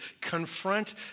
confront